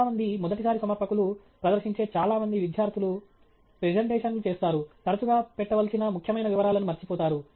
చాలా మంది మొదటిసారి సమర్పకులు ప్రదర్శించే చాలా మంది విద్యార్థులు ప్రెజెంటేషన్లు చేస్తారు తరచుగా పెట్ట వలసిన ముఖ్యమైన వివరాలను మర్చిపోతారు